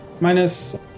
minus